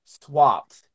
swapped